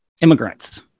immigrants